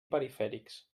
perifèrics